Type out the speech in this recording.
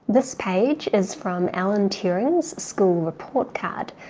this page is from alan turing's school report card.